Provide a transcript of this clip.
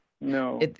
no